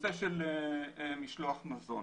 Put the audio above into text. זו המשמעות?